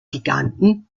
giganten